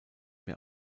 mehr